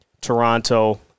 Toronto